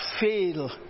fail